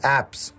apps